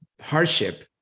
hardship